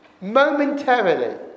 momentarily